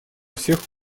всех